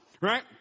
right